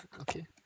okay